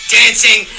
dancing